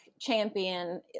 Champion